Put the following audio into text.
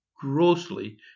grossly